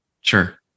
Sure